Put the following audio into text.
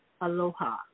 aloha